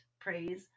praise